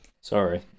Sorry